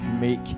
make